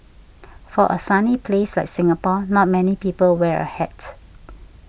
for a sunny place like Singapore not many people wear a hat